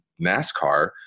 NASCAR